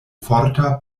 forta